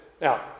Now